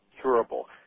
curable